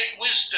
wisdom